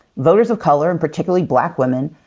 voters of color, and particularly black women,